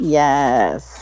yes